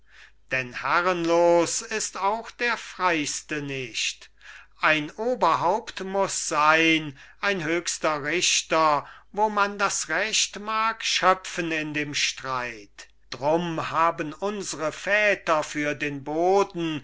denn herrenlos ist auch der freiste nicht ein oberhaupt muss sein ein höchster richter wo man das recht mag schöpfen in dem streit drum haben unsre väter für den boden